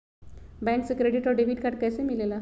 Bank से credit और debit card कैसी मिलेला?